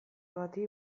bati